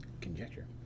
conjecture